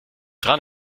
dran